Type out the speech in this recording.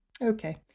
Okay